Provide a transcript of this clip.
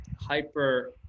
hyper